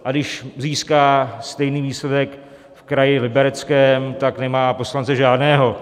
A když získá stejný výsledek v kraji Libereckém, tak nemá poslance žádného.